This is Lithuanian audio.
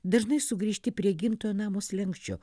dažnai sugrįžti prie gimtojo namo slenksčio